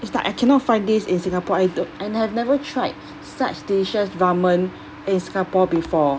it's like I cannot find this in singapore I don~ I have never tried such delicious ramen in singapore before